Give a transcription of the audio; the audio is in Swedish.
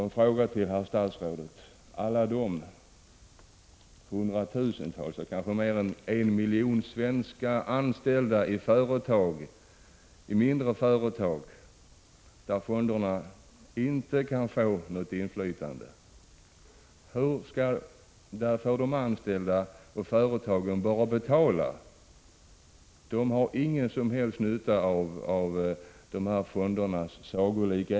En fråga till herr statsrådet: Hur skall alla de hundratusentals eller kanske mer än en miljon svenskar, anställda i mindre företag, där fonderna inte kan få något inflytande, dra nytta av de sagolika egenskaper som statsrådet och hans kolleger ibland tillskriver fonderna?